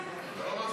1 לא נתקבלה.